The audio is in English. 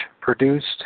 produced